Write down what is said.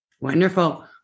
Wonderful